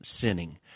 sinning